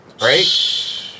Right